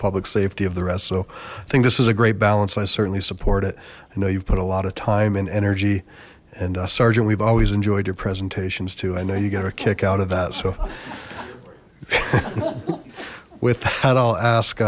public safety of the rest so i think this is a great balance i certainly support it you know you've put a lot of time and energy and sgt we've always enjoyed your presentations too i know you get a kick out of that so with that i'll ask